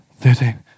thirteen